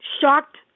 shocked